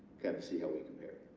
kind of see how we compare?